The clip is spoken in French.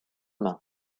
mains